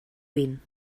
vint